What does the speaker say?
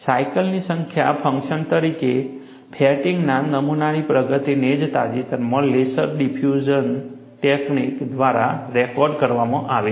સાયકલની સંખ્યાના ફંક્શન તરીકે ફેટિગના નુકસાનની પ્રગતિને તાજેતરમાં લેસર ડિફ્યુઝન ટેકનીક દ્વારા રેકોર્ડ કરવામાં આવી છે